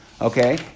Okay